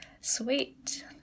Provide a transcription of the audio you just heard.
Sweet